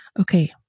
okay